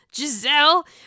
Giselle